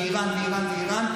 ואיראן ואיראן ואיראן,